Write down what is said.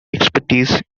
expertise